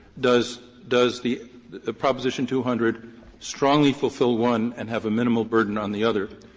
does does the the proposition two hundred strongly fulfill one and have a minimal burden on the other?